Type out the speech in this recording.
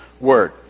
word